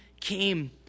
came